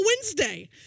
Wednesday